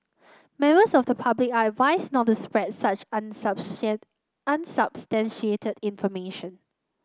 members of the public are advised not to spread such unsubstantiated information